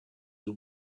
you